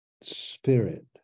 Spirit